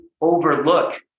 overlook